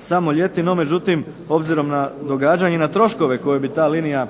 samo ljeti. No, međutim obzirom na događanja i troškove koje bi ta linija